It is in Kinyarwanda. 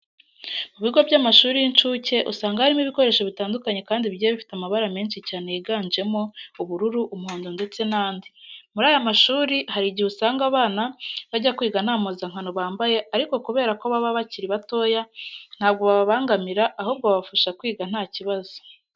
Mu bigo by'amashuri y'inshuke usanga harimo ibikoresho bitandukanye kandi bigiye bifite amabara menshi cyane yiganjemo ubururu, umuhondo ndetse n'andi. Muri aya mashuri hari igihe usanga abana bajya kwiga nta mpuzankano bambaye ariko kubera ko baba bakiri batoya ntabwo bababangamira ahubwo babafasha kwiga nta kibazo.